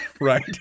right